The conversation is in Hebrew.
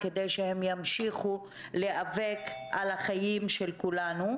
כדי שהם ימשיכו להיאבק על החיים של כולנו.